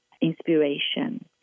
inspiration